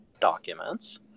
documents